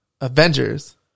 Avengers